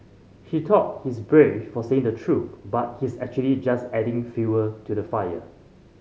he thought he's brave for saying the truth but he's actually just adding fuel to the fire